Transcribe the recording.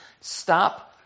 stop